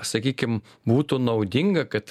sakykim būtų naudinga kad